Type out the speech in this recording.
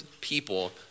people